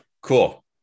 cool